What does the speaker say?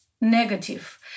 negative